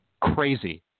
crazy